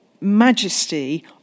majesty